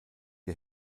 der